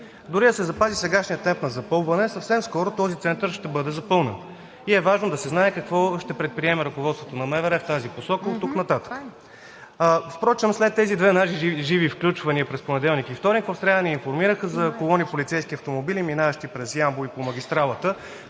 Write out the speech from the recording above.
Дори да се запази сегашният темп на запълване, съвсем скоро този център ще бъде запълнен. Важно е да се знае какво ще предприеме ръководството на МВР в тази посока оттук нататък. Впрочем, след тези две наши живи включвания през понеделник и вторник, в сряда ни информираха за колони полицейски автомобили, минаващи през Ямбол и по магистралата